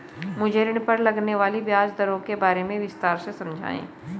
मुझे ऋण पर लगने वाली ब्याज दरों के बारे में विस्तार से समझाएं